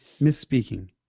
misspeaking